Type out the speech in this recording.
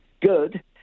good